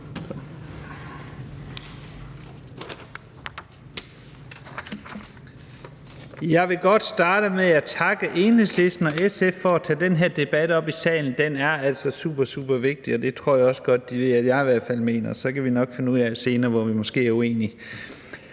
Jeg vil godt starte med at takke Enhedslisten og SF for at tage den her debat op i salen. Den er altså supervigtig, og det tror jeg også godt de ved at jeg i hvert fald mener, og så kan vi nok senere finde områder, hvor vi måske er uenige.